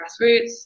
grassroots